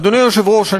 אדוני היושב-ראש,